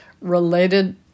related